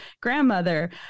grandmother